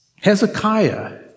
Hezekiah